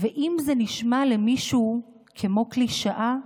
ואם זה נשמע למישהו כמו קלישאה,